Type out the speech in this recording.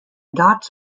dots